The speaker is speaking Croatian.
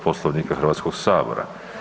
Poslovnika Hrvatskog sabora.